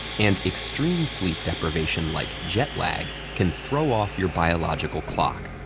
and extreme sleep deprivation like jetlag can throw off your biological clock,